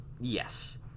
yes